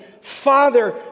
Father